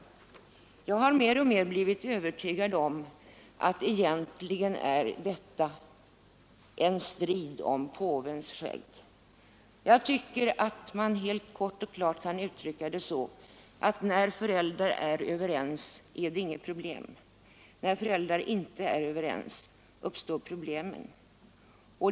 Jag har mer och mer blivit övertygad om att detta egentligen är en strid om påvens skägg. Jag tycker att man helt kort och klart kan uttrycka det så att när föräldrar är överens är det inget problem — när föräldrar inte är överens uppstår problemen.